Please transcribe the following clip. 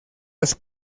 las